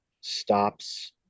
stops